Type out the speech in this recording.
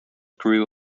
grew